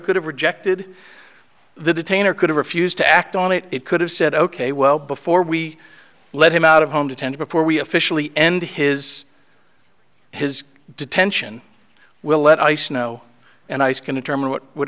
could have rejected the detainer could have refused to act on it it could have said ok well before we let him out of home to tend before we officially end his his detention will let ice snow and ice can determine what would